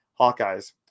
Hawkeyes